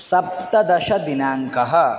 सप्तदशदिनाङ्कः